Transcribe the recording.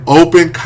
open